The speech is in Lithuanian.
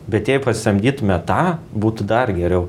bet jei pasisamdytume tą būtų dar geriau